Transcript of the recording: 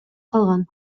калган